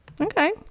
Okay